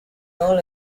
all